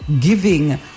giving